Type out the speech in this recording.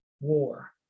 war